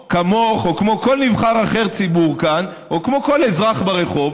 כמוך או כמו כל נבחר ציבור אחר כאן או כמו כל אזרח ברחוב,